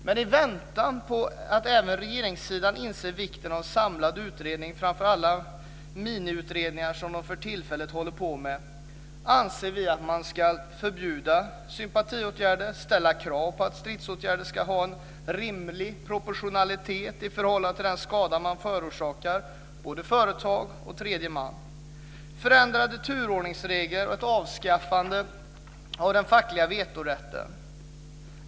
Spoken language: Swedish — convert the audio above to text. Men i väntan på att även regeringssidan inser vikten av en samlad utredning, i stället för alla miniutredningar man för tillfället håller på med, anser vi att man ska förbjuda sympatiåtgärder och ställa krav på att stridsåtgärder ska ha en rimlig proportionalitet i förhållande till den skada de förorsakar både företag och tredje man. Vi vill också ha förändrade turordningsregler och ett avskaffande av den fackliga vetorätten.